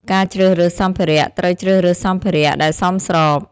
ការជ្រើសរើសសម្ភារៈ ត្រូវជ្រើសរើសសម្ភារៈដែលសមស្រប។